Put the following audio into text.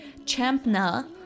champna